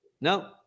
No